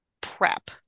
PrEP